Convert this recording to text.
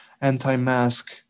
anti-mask